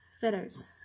feathers